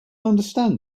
understand